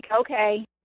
okay